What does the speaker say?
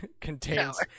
contains